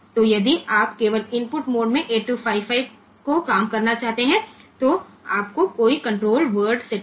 તેથી જો આપણે 8255 ને ફક્ત ઇનપુટ મોડ માં ઓપરેટ કરવા માંગતા હોઈએ તો આપણે કોઈ કન્ટ્રોલ વર્ડ સેટિંગ કરવાની જરૂર નથી હોતી